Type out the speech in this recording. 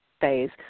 phase